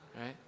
Right